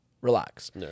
Relax